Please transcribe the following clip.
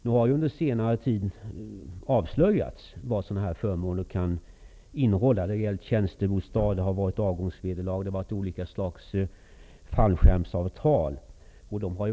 Det har ju under senare tid avslöjats vad sådana här förmåner kan bestå utav; tjänstebostad, avgångsvederlag och olika oerhört generösa fallskärmsavtal.